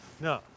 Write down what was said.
No